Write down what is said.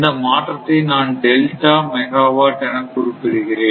இந்த மாற்றத்தை நான் டெல்டா மெகாவாட் என குறிப்பிடுகிறேன்